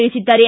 ತಿಳಿಸಿದ್ದಾರೆ